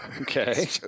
Okay